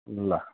ल